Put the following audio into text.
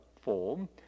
form